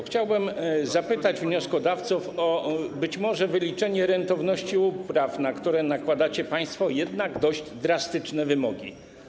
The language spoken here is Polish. Chciałbym zapytać wnioskodawców o wyliczenie rentowności upraw, na które nakładacie państwo jednak dość drastyczne wymogi.